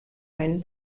einen